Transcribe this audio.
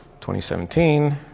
2017